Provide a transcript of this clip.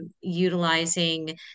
utilizing